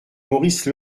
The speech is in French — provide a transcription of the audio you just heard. maurice